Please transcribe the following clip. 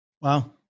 Wow